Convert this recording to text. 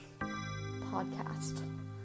podcast